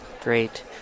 Great